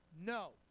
no